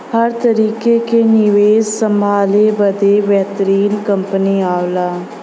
हर तरीके क निवेस संभले बदे बेहतरीन कंपनी आवला